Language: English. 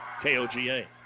KOGA